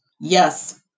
Yes